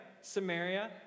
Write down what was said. Samaria